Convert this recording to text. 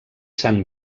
san